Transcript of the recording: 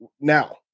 now